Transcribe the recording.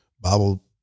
Bible